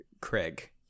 Craig